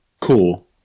Cool